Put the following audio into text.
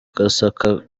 gasaka